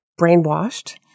brainwashed